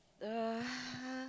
uh